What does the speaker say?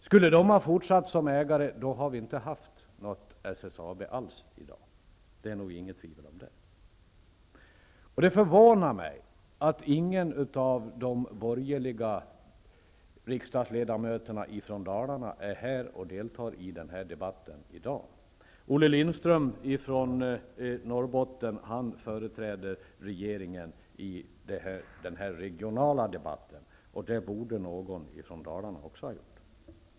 Skulle Stora ha fortsatt som ägare, så hade vi inte haft något SSAB alls i dag -- det råder nog inget tvivel om det. Det förvånar mig att ingen av de borgerliga riksdagsledmöterna från Dalarna är här och deltar i denna debatt i dag. Olle Lindström från Norrbotten företräder regeringen i den här regionala debatten, och det borde någon från Dalarna också har gjort.